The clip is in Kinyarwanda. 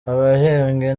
abahembwe